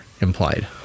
implied